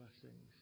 blessings